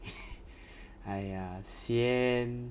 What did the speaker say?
!aiya! sian